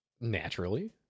Naturally